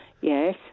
Yes